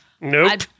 Nope